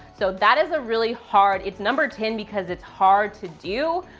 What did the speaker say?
so that is a really hard, it's number ten because it's hard to do,